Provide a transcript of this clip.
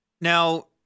Now